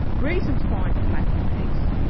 reason's fine for mathematics,